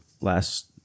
last